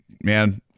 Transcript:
man